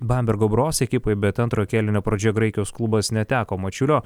bambergo bros ekipai bet antrojo kėlinio pradžioj graikijos klubas neteko mačiulio